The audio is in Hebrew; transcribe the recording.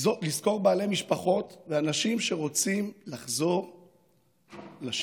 לזכור בעלי משפחות ואנשים שרוצים לחזור לשגרה.